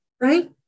right